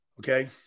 Okay